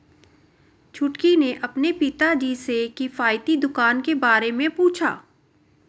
छुटकी ने अपने पिताजी से किफायती दुकान के बारे में पूछा